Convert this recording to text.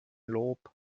lob